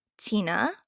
Tina